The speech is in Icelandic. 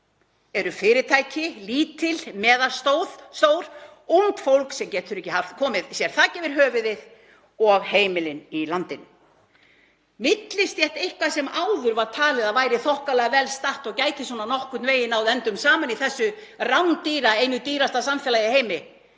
eru fyrirtæki, lítil og meðalstór, ungt fólk sem getur ekki komið sér þaki yfir höfuðið og heimilin í landinu. Millistéttin, fólk sem áður var talið að væri þokkalega vel statt og gæti nokkurn veginn náð endum saman í einu dýrasta samfélag í heimi,